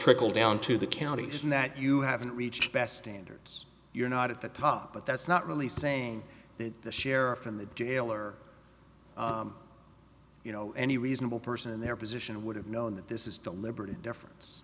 trickle down to the counties and that you haven't reached best interests you're not at the top but that's not really saying that the sheriff and the jailer you know any reasonable person in their position would have known that this is the liberty difference